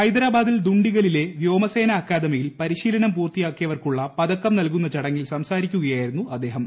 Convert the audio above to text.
ഹൈദരാബാദിൽ ദുണ്ഡിഗലിലെ വ്യോമസേനാ അക്കാദമിയിൽ പരിശീലനം പൂർത്തിയാക്കിയവർക്കുള്ള പതക്കം നൽകുന്ന ചടങ്ങിൽ സംസാരിക്കുകയായിരുന്നു അദ്ദേഹം